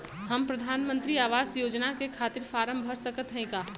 हम प्रधान मंत्री आवास योजना के खातिर फारम भर सकत हयी का?